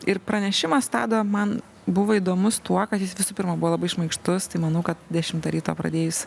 ir pranešimas tado man buvo įdomus tuo kad jis visų pirma buvo labai šmaikštus tai manau kad dešimtą ryto pradėjus